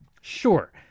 sure